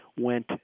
went